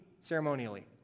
ceremonially